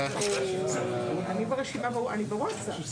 תישאר אתנו בבקשה לסיכום כי אני רוצה להציע כמה